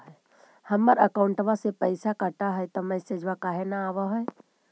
हमर अकौंटवा से पैसा कट हई त मैसेजवा काहे न आव है?